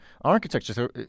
architecture